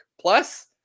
plus